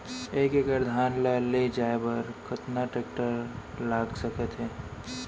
एक एकड़ धान ल ले जाये बर कतना टेकटर लाग सकत हे?